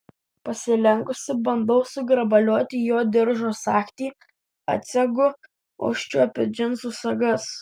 pasilenkusi bandau sugrabalioti jo diržo sagtį atsegu užčiuopiu džinsų sagas